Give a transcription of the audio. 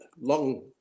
long